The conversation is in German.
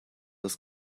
das